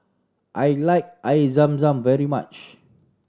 I like Air Zam Zam very much